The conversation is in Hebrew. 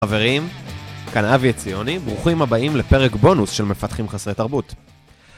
חברים, כאן אבי הציוני, ברוכים הבאים לפרק בונוס של מפתחים חסרי תרבות.